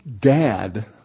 dad